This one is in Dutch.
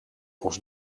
ons